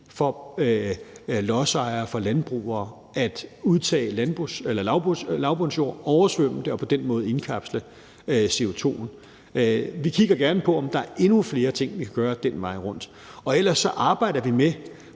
for lodsejere, for landbrugere at udtage lavbundsjord og oversvømme det og på den måde indkapsle CO2'en. Vi kigger gerne på, om der er endnu flere ting, vi kan gøre den vej rundt. Og ellers arbejder vi med,